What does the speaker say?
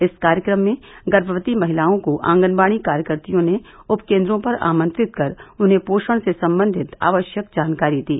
इस कार्यक्रम में गर्भवती महिलाओं को आंगनबाड़ी कार्यकत्रियों ने उपकेन्द्रों पर आमंत्रित कर उन्हें पोषण से संबंधित आवश्यक जानकारी दी